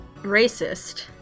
Racist